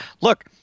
look